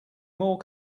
more